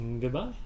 goodbye